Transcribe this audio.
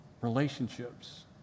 Relationships